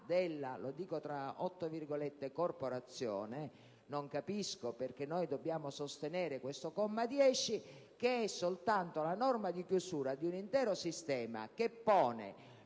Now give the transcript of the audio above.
della - lo dico tra otto virgolette - "corporazione", non capisco perché dobbiamo sostenere il comma 10, che è soltanto la norma di chiusura di un intero sistema che pone